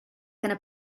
gonna